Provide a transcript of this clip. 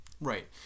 Right